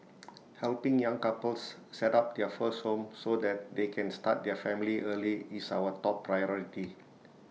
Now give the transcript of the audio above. helping young couples set up their first home so that they can start their family early is our top priority